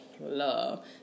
love